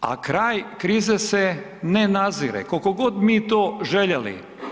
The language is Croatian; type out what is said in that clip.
A kraj krize se ne nazire koliko god mi to željeli.